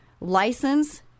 license